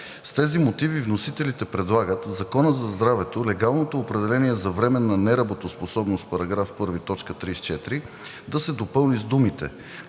С тези мотиви вносителите предлагат в Закона за здравето легалното определение за временна неработоспособност в § 1, т. 34 да се допълни с думите